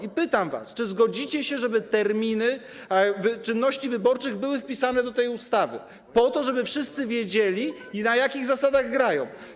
I pytam was: Czy zgodzicie się, żeby terminy czynności wyborczych były wpisane do tej ustawy, żeby wszyscy wiedzieli, na jakich zasadach grają?